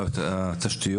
אתה לא מקבל תקצוב.